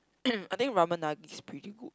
I think Ramen Nagi is pretty good